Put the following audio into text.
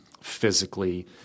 physically